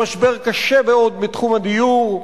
למשבר קשה מאוד בתחום הדיור.